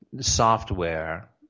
software